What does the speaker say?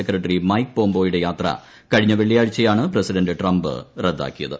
secretary Mike പോംപോയുടെ യാത്ര കഴിഞ്ഞ വെള്ളിയാഴ്ചയാണ് പ്രസിഡന്റ് ട്രംപ് റദ്ദാക്കിയത്